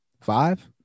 Five